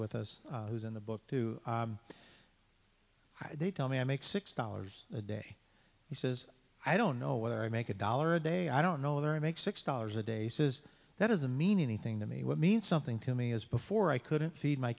with us who's in the book too they tell me i make six dollars a day he says i don't know whether i make a dollar a day i don't know whether i make six dollars a day says that doesn't mean anything to me would mean something to me as before i couldn't feed my